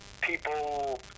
People